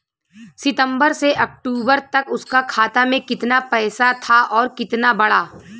सितंबर से अक्टूबर तक उसका खाता में कीतना पेसा था और कीतना बड़ा?